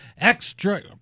extra